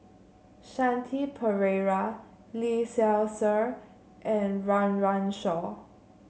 Shanti Pereira Lee Seow Ser and Run Run Shaw